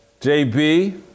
JB